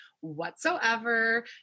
whatsoever